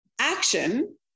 action